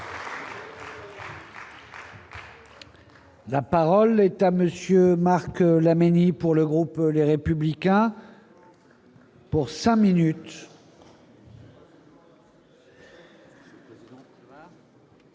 La parole est à monsieur Marc Laménie pour le groupe, les républicains. Pour 5 minutes.